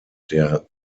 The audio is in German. der